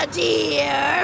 dear